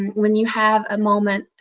and when you have a moment,